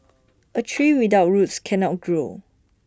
A tree without roots cannot grow